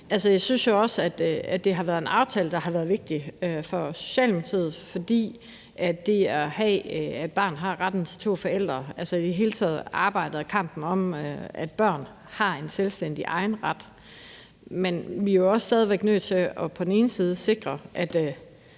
Jeg synes jo også, at det har været en aftale, der har været vigtig for Socialdemokratiet, fordi det handler om, at et barn har retten til to forældre, altså i det hele taget arbejdet og kampen om, at børn har en selvstændig og egen ret. Men vi er jo stadig væk også nødt til på den ene side at sikre, at